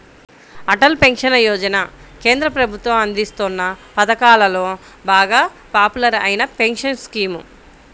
Atal pension Yojana కేంద్ర ప్రభుత్వం అందిస్తోన్న పథకాలలో బాగా పాపులర్ అయిన పెన్షన్ స్కీమ్